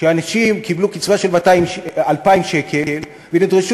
שאנשים קיבלו קצבה של 2,000 שקל ונדרשו